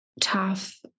tough